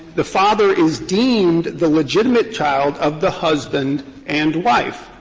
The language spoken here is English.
the father is deemed the legitimate child of the husband and wife,